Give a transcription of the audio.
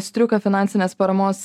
striuka finansinės paramos